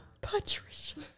Patricia